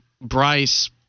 Bryce